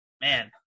man